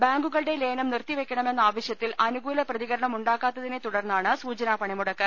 ബാങ്കുകളുടെ ലയനം നിർത്തിവെക്കണമെന്ന ആവശ്യത്തിൽ അനുകൂല പ്രതികരണമുണ്ടാ തുടർന്നാണ് സൂചനാ പണിമുടക്ക്